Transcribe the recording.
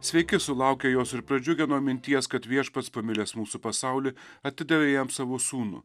sveiki sulaukę jos ir pradžiugę nuo minties kad viešpats pamilęs mūsų pasaulį atidavė jam savo sūnų